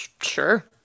Sure